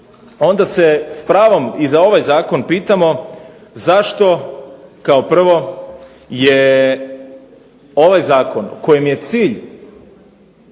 onda se s pravom pitamo zašto kao prvo je ovaj Zakon kojem je cilj